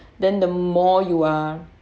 then the more you are